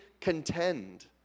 contend